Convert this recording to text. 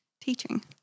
teaching